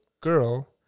girl